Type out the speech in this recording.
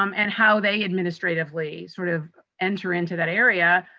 um and how they administratively sort of enter into that area.